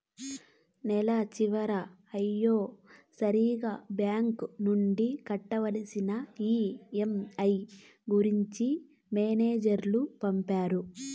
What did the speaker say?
నెల చివర అయ్యే సరికి బ్యాంక్ నుండి కట్టవలసిన ఈ.ఎం.ఐ గురించి మెసేజ్ లు పంపుతారు